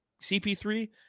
CP3